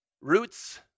roots